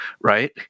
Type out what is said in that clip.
right